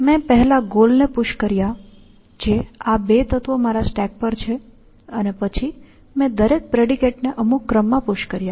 મેં પહેલા ગોલને પુશ કર્યા જે આ બે તત્વો મારા સ્ટેક પર છે અને પછી મેં દરેક પ્રેડિકેટને અમુક ક્રમમાં પુશ કર્યા